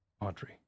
Audrey